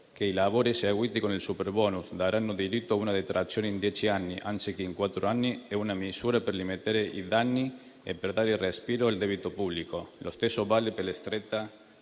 che i lavori eseguiti con il superbonus daranno diritto a una detrazione in dieci anni anziché in quattro anni è una misura per rimediare ai danni e per dare respiro al debito pubblico. Lo stesso vale per la stretta